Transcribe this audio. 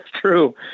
True